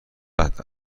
مدت